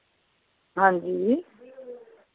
हांजी